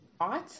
art